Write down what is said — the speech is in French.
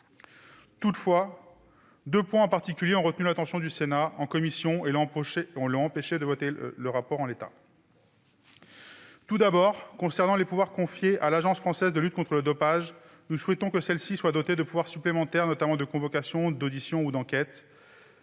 Toutefois, deux points en particulier ont retenu, en commission, l'attention du Sénat et l'ont empêché de voter le texte en l'état. Tout d'abord, concernant les pouvoirs confiés à l'Agence française de lutte contre le dopage, nous souhaitons que cette agence soit dotée de pouvoirs supplémentaires, notamment de convocation, d'audition et d'enquête.